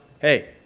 hey